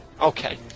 Okay